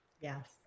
Yes